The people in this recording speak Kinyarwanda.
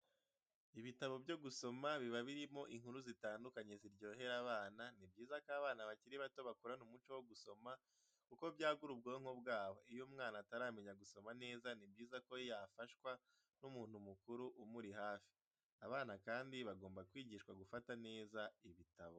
Ibitabo byo gusoma biba birimo inkuru zitandukanye ziryohera abana, ni byiza ko abana bakiri bato bakurana umuco wo gusoma kuko byagura ubwonko bwabo, iyo umwana ataramenya gusoma neza ni byiza ko yafashwa n'umuntu mukuru umuri hafi. Abana kandi bagomba kwigishwa gufata neza ibitabo.